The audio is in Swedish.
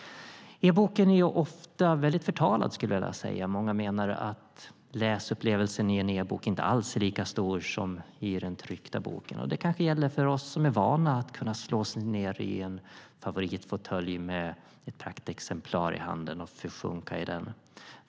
E-boken är ofta väldigt förtalad, skulle jag vilja säga. Många menar att läsupplevelsen i en e-bok inte alls är lika stor som i den tryckta boken. Och det kanske gäller för oss som är vana att kunna slå oss ned i en favoritfåtölj med ett praktexemplar i handen och försjunka i det.